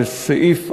זה סעיף 4,